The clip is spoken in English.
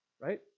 right